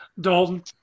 Dalton